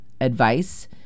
advice